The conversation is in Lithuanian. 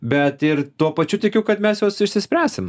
bet ir tuo pačiu tikiu kad mes juos išsispręsim